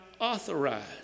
authorized